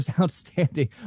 outstanding